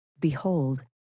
Behold